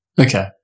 Okay